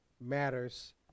matters